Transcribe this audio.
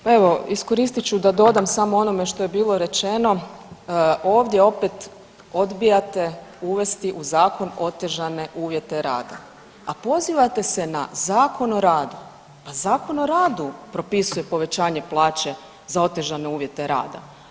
Pa evo iskoristit ću da dodam samo onome što je bilo rečeno, ovdje opet odbijate uvesti u zakon otežane uvjete rada, a pozivate se na Zakon o radu, pa Zakon o radu propisuje povećanje plaće za otežane uvjete rada.